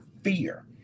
fear